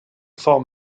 fort